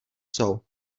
jsou